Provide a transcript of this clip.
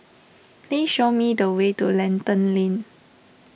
please show me the way to Lentor Lane